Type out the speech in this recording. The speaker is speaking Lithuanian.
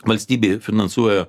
valstybė finansuoja